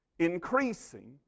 increasing